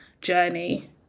journey